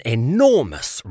enormous